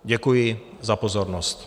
Děkuji za pozornost.